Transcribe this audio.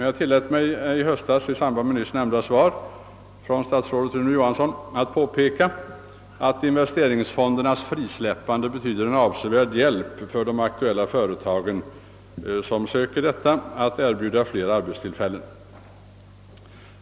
Jag tillät mig i höstas i samband med nyss nämnda svar från statsrådet Rune Johansson att påpeka, att investeringsfondernas frisläppande betyder en avsevärd hjälp för de aktuella företagen att erbjuda fler arbetstillfällen.